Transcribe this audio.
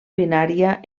binària